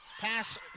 pass